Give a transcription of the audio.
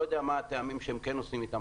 לא יודע מה הטעמים שהם כן נוסעים אתם,